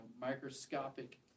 microscopic